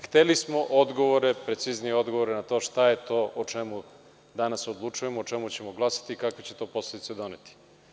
Hteli smo odgovore, preciznije odgovore na to šta je to o čemu danas odlučujemo, o čemu ćemo glasati, kakve će to posledice doneti.